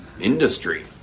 industry